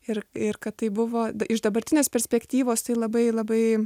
ir ir kad tai buvo iš dabartinės perspektyvos tai labai labai